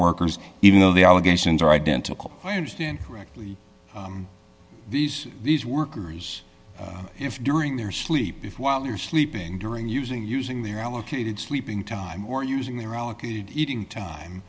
workers even though the allegations are identical i understand correctly these these workers if during their sleep if while you're sleeping during using using their allocated sleeping time or using their allocated eating time